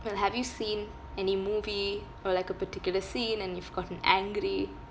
well have you seen any movie or like a particular scene and you've gotten angry